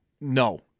no